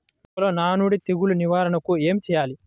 మిరపలో నానుడి తెగులు నివారణకు ఏమి చేయాలి?